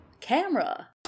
Camera